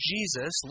Jesus